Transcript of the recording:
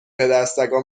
پدسگا